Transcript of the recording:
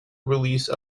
release